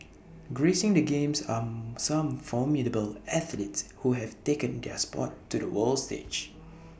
gracing the games are some formidable athletes who have taken their Sport to the world stage